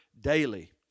daily